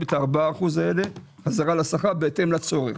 את ה-4% האלה חזרה לשכר בהתאם לצורך.